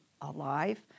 alive